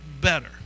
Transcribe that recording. better